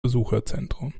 besucherzentrum